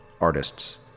artists